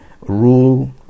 rule